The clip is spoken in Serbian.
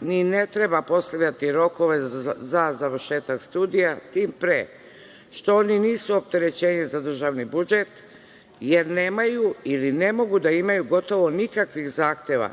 ni ne treba postavljati rokove za završetak studija, tim pre što oni nisu opterećenje za državni budžet, jer nemaju ili ne mogu da imaju gotovo nikakvih zahteva